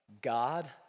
God